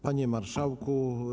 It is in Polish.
Panie Marszałku!